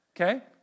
okay